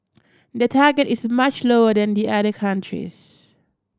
their target is much lower than the other countries